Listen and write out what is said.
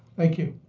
thank you.